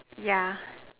yeah